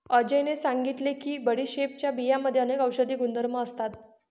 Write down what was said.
अजयने सांगितले की बडीशेपच्या बियांमध्ये अनेक औषधी गुणधर्म असतात